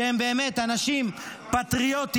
שהם באמת אנשים פטריוטים,